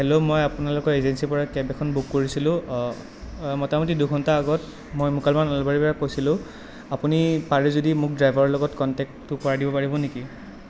hello মই আপোনালোকৰ এজেন্সীৰ পৰা কেব এখন বুক কৰিছিলোঁ মোটামোটি দুঘন্টা আগত মই মুকালমুৱা নলবাৰীৰ পৰা কৈছিলোঁ আপুনি পাৰে যদি মোক ড্ৰাইভাৰৰ লগত কনটেকটো কৰাই দিব পাৰিব নেকি